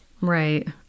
Right